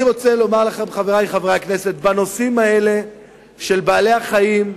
חברי חברי הכנסת, בנושאים האלה של בעלי-החיים,